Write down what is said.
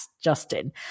Justin